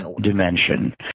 dimension